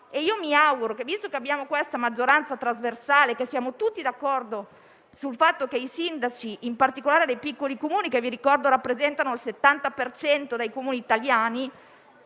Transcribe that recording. Mi auguro, visto che abbiamo una maggioranza trasversale e siamo tutti d'accordo sul fatto che i sindaci - in particolare quelli dei piccoli Comuni che, vi ricordo, rappresentano il 70 per cento dei Comuni italiani